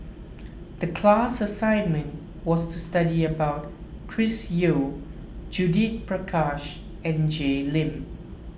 the class assignment was to study about Chris Yeo Judith Prakash and Jay Lim